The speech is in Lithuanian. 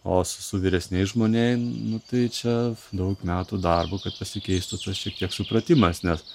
o su vyresniais žmonėm nu tai čia daug metų darbo kad pasikeistų tas šitiek supratimas nes